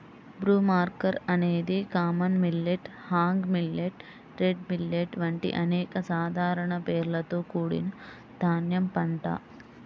broomcorn అనేది common millet, hog millet, red millet వంటి అనేక సాధారణ పేర్లతో కూడిన ధాన్యం పంట